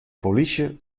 polysje